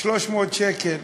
300 שקל.